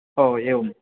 ओ एवम्